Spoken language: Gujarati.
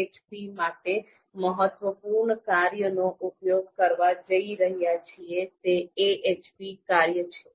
AHP માટે મહત્વપૂર્ણ કાર્યનો ઉપયોગ કરવા જઈ રહ્યા છીએ તે AHP કાર્ય છે